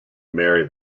marry